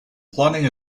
planning